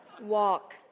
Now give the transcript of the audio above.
Walk